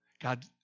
God